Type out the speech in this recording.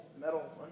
metal